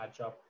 matchup